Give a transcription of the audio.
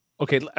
okay